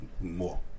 More